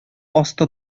асты